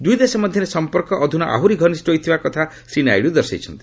ଦୁଇଦେଶ ମଧ୍ୟରେ ସମ୍ପର୍କ ଅଧୁନା ଆହୁରି ଘନିଷ୍ଠ ହୋଇଥିବା କଥା ଶ୍ରୀ ନାଇଡ଼ୁ ଦର୍ଶାଇଛନ୍ତି